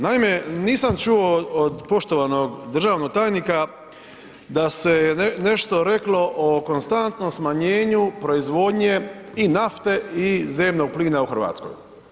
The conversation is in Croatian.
Naime, nisam čuo od poštovanog državnog tajnika da se nešto reklo o konstantnom smanjenju proizvodnje i nafte i zemnog plina u Hrvatskoj.